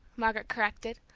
margaret corrected,